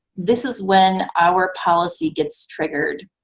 this is when our policy gets triggered.